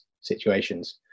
situations